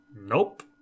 Nope